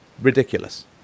ridiculous